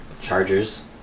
Chargers